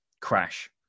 crash